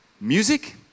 music